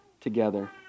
together